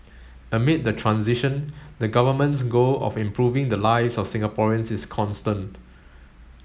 amid the transition the Government's goal of improving the lives of Singaporeans is constant